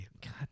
God